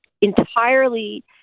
entirely